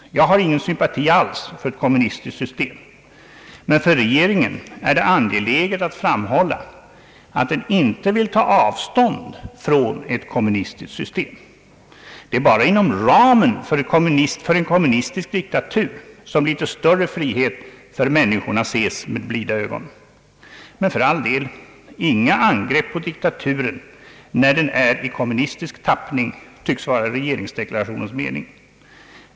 Jag har ingen sympati alls för ett kommunistiskt system, men för regeringen är det angeläget att framhålla att den inte vill ta avstånd från ett kommunistiskt system. Det är bara inom ramen för en kommunistisk diktatur, som litet större frihet för människorna ses med blida ögon. Men för all del — inga angrepp på diktaturen när den är i kommunistisk tappning, det tycks vara regeringsdeklarationens mening.